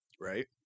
right